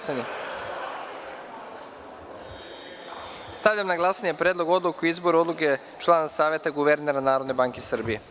Stavljam na glasanje Predlog odluke o izboru člana Saveta guvernera Narodne banke Srbije.